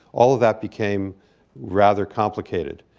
all of that became rather complicated.